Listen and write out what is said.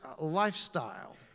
Lifestyle